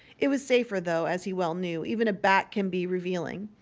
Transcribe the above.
it was safer though, as he well knew, even a back can be revealing.